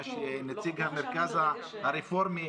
מה שאמר נציג המרכז הרפורמי.